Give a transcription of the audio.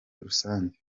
rusange